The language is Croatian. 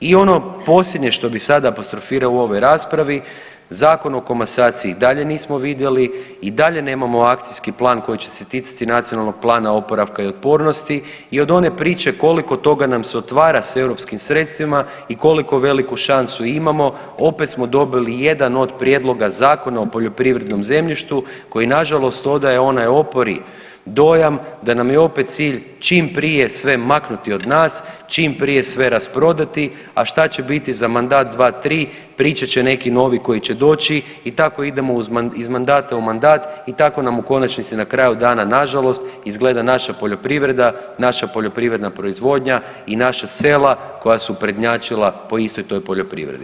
I ono posljednje što bi sada apostrofirao u ovoj raspravi, Zakon o komasaciji i dalje nismo vidjeli i dalje nemamo akcijski plan koji će se ticati NPOO-a i od one priče koliko toga nam se otvara s europskim sredstvima i koliko veliku šansu imamo opet smo dobili jedan od prijedloga Zakona o poljoprivrednom zemljištu koji nažalost odaje onaj opori dojam da nam je opet cilj čim prije sve maknuti od nas, čim prije sve rasprodati, a šta će biti za mandat, dva, tri, pričat će neki novi koji će doći i tako idemo iz mandata u mandat i tako nam u konačnici na kraju dana nažalost izgleda naša poljoprivreda, naša poljoprivredna proizvodnja i naša sela koja su prednjačila po istoj toj poljoprivredi.